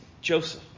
Joseph